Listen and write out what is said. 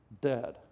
dead